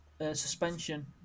suspension